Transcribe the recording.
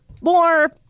more